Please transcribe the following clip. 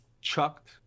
chucked